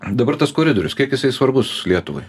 dabar koridorius kiek jisai svarbus lietuvai